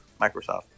Microsoft